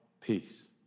peace